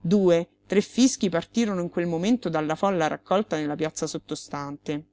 due tre fischi partirono in quel momento dalla folla raccolta nella piazza sottostante